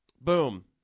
Boom